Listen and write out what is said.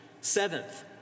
Seventh